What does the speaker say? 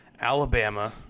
Alabama